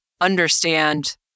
understand